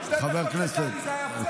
שתי דקות לטלי זה היה בסדר?